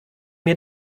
mir